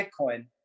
Bitcoin